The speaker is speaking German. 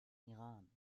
iran